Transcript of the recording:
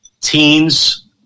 Teens